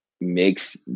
makes